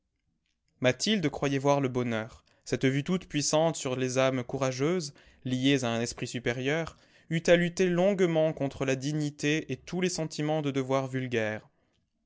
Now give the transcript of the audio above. mathilde croyait voir le bonheur cette vue toute-puissante sur les âmes courageuses liées à un esprit supérieur eut à lutter longuement contre la dignité et tous les sentiments de devoirs vulgaires